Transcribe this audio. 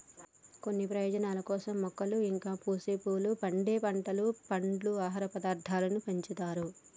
కొన్ని ప్రయోజనాల కోసం మొక్కలు ఇంకా పూసే పువ్వులు, పండే పంట, పండ్లు, ఆహార పదార్థాలను పెంచుతారు